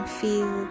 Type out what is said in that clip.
feel